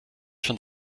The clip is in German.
schon